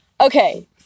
Okay